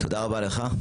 תודה רבה לך.